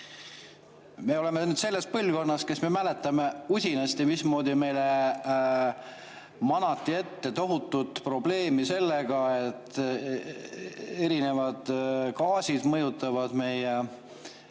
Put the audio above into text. Me oleme selles põlvkonnas, kes me mäletame, mismoodi meile usinasti manati ette tohutut probleemi sellega, et erinevad gaasid mõjutavad meie